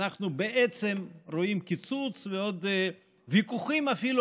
אנחנו בעצם רואים קיצוץ ועוד ויכוחים אפילו